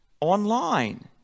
online